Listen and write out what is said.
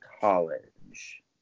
college